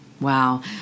Wow